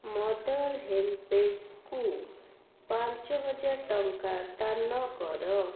ମଦର ହେଲ୍ପେଜ୍କୁ ପାଞ୍ଚହଜାର ଟଙ୍କା ଦାନ କର